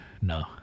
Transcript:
No